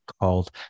called